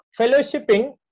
fellowshipping